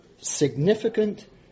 significant